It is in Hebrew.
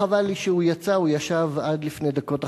חבל שהוא יצא, הוא ישב כאן עד לפני דקות אחדות.